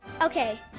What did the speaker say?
Okay